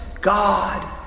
God